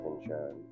insurance